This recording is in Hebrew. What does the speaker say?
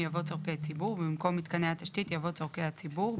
יבוא "צורכי ציבור" ובמקום "מתקני התשתית" יבוא "צורכי הציבור";